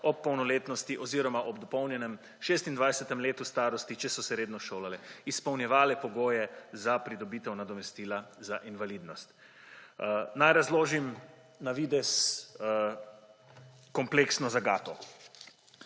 ob polnoletnosti oziroma ob dopolnjenem 26. letu starosti, če so se redno šolale, izpolnjevale pogoje za pridobitev nadomestila za invalidnost. Naj razložim na videz kompleksno zagato.